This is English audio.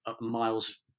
miles